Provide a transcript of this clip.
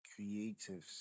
creatives